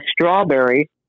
strawberry